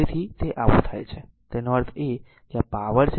તેથી જો તે આવું છે તેનો અર્થ છે તે પાવર છે